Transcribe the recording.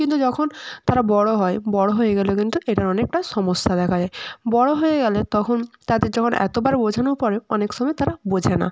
কিন্তু যখন তারা বড়ো হয় বড়ো হয়ে গেলে কিন্তু এটার অনেকটা সমস্যা দেখা যায় বড়ো হয়ে গেলে তখন তাদের যখন এতবার বোঝানো পরেও অনেক সময় তারা বোঝে না